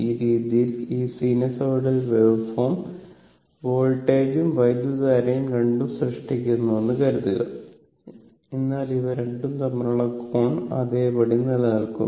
ഈ രീതിയിൽ ഈ സിനോസോയ്ഡൽ വേവ് ഫോമും വോൾട്ടേജും വൈദ്യുതധാരയും രണ്ടും സൃഷ്ടിക്കപ്പെട്ടുവെന്ന് കരുതുക എന്നാൽ ഇവ രണ്ടും തമ്മിലുള്ള കോൺ അതേപടി നിലനിൽക്കുന്നു